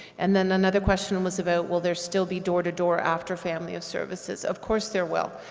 and then another question was about will there still be door-to-door after family of services, of course there will.